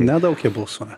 nedaug jie balsuoja